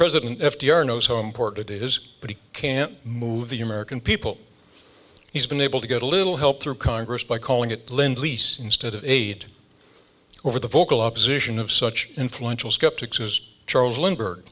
president f d r knows how important it is but he can't move the american people he's been able to get a little help through congress by calling it lend lease instead of aid over the vocal opposition of such influential skeptics as charles lindber